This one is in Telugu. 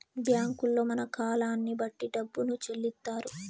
బ్యాంకుల్లో మన కాలాన్ని బట్టి డబ్బును చెల్లిత్తారు